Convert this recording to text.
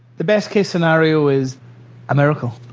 the best-case scenario is a miracle,